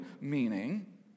meaning